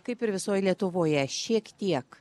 kaip ir visoj lietuvoje šiek tiek